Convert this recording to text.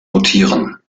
notieren